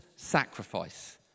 sacrifice